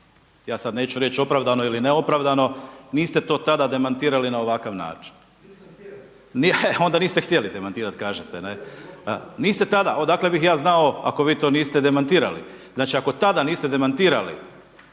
ja sada neću reći opravdano ili neopravdano, niste to tada demantirali na ovakav način, onda niste htjeli demantirati kažete, ne. Niste tada, odakle bi ja znao ako vi to niste demantirali. Znači ako tada niste demantirali,